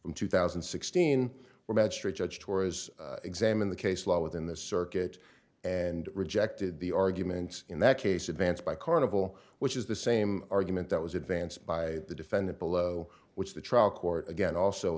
from two thousand and sixteen where magistrate judge tours examine the case law within the circuit and rejected the arguments in that case advanced by carnival which is the same argument that was advanced by the defendant below which the trial court again also